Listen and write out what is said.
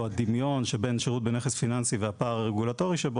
הדמיון שבין שירות בנכס פיננסי והפער הרגולטורי שבו.